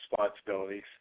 responsibilities